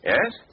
Yes